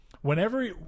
Whenever